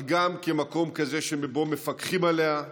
אבל גם מקום כזה שבו מפקחים עליה,